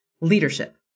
leadership